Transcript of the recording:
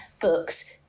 books